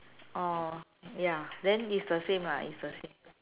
orh ya then it's the same lah it's the same